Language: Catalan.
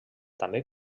també